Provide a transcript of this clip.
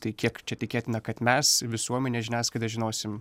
tai kiek čia tikėtina kad mes visuomenė žiniasklaida žinosim